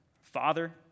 Father